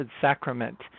Sacrament